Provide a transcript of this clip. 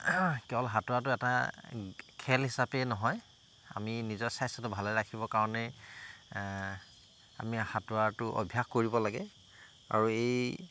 কেৱল সাঁতোৰাটো এটা খেল হিচাপে নহয় আমি নিজৰ স্বাস্থ্যটো ভালে ৰাখিবৰ কাৰণে আমি সাঁতোৰাটো অভ্যাস কৰিব লাগে আৰু এই